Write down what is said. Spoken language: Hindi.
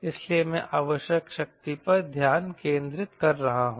इसलिए मैं आवश्यक शक्ति पर ध्यान केंद्रित कर रहा हूं